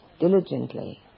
diligently